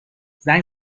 زنگ